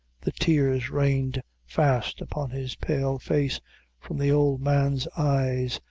the tears rained fast upon his pale face from the old man's eyes,